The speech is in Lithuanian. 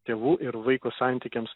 tėvų ir vaiko santykiams